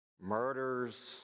Murders